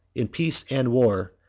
in peace and war,